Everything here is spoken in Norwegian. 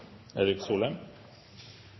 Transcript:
Erik